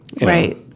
right